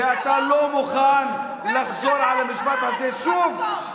ואתה לא מוכן לחזור על המשפט הזה שוב,